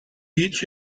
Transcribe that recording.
each